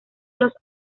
los